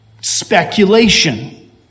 speculation